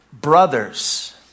brothers